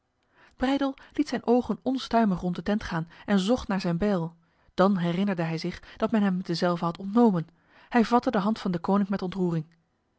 breydel liet zijn ogen onstuimig rond de tent gaan en zocht naar zijn bijl dan herinnerde hij zich dat men hem dezelve had ontnomen hij vatte de hand van deconinck met ontroering